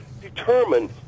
determine